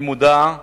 אני מודע לכך,